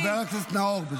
חבר הכנסת נאור.